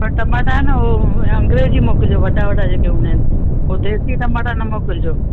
त टमाटा न हो अंग्रेजी मोकिलिजो वॾा वॾा जेके हूंदा आहिनि हो देसी टमाटा न मोकिलिजो